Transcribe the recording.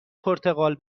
پرتغال